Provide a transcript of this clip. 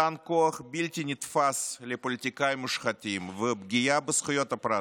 מתן כוח בלתי נתפס לפוליטיקאים מושחתים ופגיעה בזכויות הפרט.